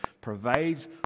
provides